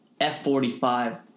F45